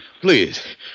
Please